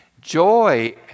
Joy